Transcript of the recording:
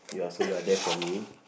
ya so you're there for me